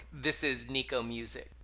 ThisIsNicoMusic